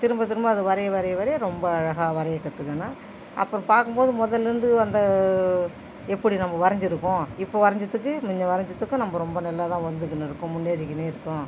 திரும்ப திரும்ப அது வரைய வரைய வரைய ரொம்ப அழகாக வரைய கத்துக்கின அப்புறம் பார்க்கும் போது முதலேந்து வந்த எப்படி நம்ம வரைஞ்சு இருப்போம் இப்போ வரைஞ்சதுக்கு முன்ன வரைஞ்சதுக்கும் நம்ம ரொம்ப நல்லதாக வந்துக்கின்னு இருக்கோம் முன்னேறிகின்னு இருக்கோம்